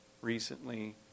recently